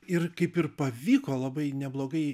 ir kaip ir pavyko labai neblogai